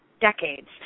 decades